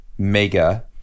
mega